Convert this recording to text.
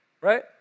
right